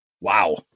Wow